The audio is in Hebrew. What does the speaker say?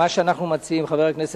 אנחנו מציעים שהרבעון